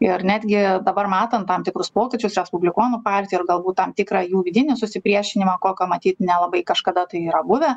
ir netgi dabar matant tam tikrus pokyčius respublikonų partiją ir galbūt tam tikrą jų vidinį susipriešinimą kokio matyt nelabai kažkada tai yra buvę